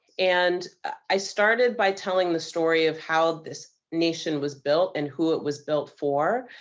and i started by telling the story of how this nation was built and who it was built for,